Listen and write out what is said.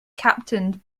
captained